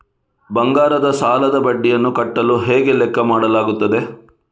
ಬಂಗಾರದ ಸಾಲದ ಬಡ್ಡಿಯನ್ನು ಕಟ್ಟಲು ಹೇಗೆ ಲೆಕ್ಕ ಮಾಡಲಾಗುತ್ತದೆ?